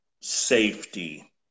safety